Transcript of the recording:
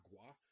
agua